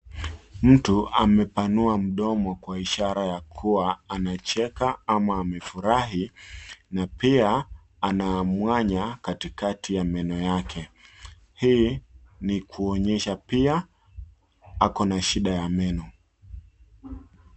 Mtu amepanua mdomo kwa ishara ya kua amecheka ama amefurahi, na pia ana mwanya katikati ya meno yake. Hii ni kuonyesha pia ako na shida ya meno.